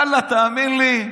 ואללה, תאמין לי,